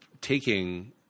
taking